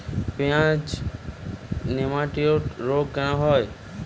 পেঁয়াজের নেমাটোড রোগ কেন হয়?